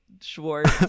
schwartz